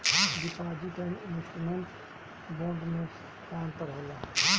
Deposit and investment bond मे का अंतर होला?